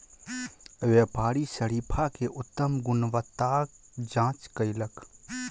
व्यापारी शरीफा के उत्तम गुणवत्ताक जांच कयलक